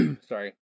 Sorry